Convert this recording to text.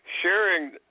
sharing